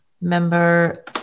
Member